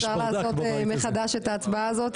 אפשר לעשות מחדש את ההצבעה הזו?